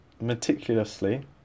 meticulously